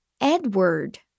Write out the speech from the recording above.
Edward